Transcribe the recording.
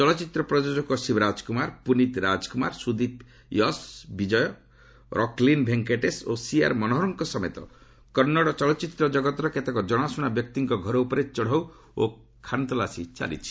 ଚଳଚ୍ଚିତ୍ର ପ୍ରଯୋଜକ ଶିବରାଜ କୁମାର ପୁନୀତ୍ ରାଜକୁମାର ସୁଦୀପ ୟଶ୍ ବିଜୟ ରକ୍ଲିନ୍ ଭେଙ୍କଟେଶ୍ ଓ ସିଆର୍ ମନୋହରଙ୍କ ସମେତ କନ୍ନଡ଼ ଚଳଚ୍ଚିତ୍ର ଜଗତର କେତେକ ଜଣାଶ୍ରଣା ବ୍ୟକ୍ତିଙ୍କ ଘର ଉପରେ ଚଢ଼ାଉ ଓ ଖାନତଲାସୀ ଚାଲିଛି